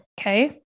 Okay